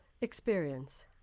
experience